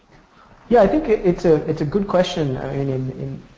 yeah, i think it's ah it's a good question. i mean, and